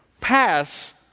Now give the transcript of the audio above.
pass